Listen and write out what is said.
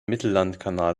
mittellandkanal